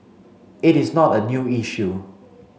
it is not a new issue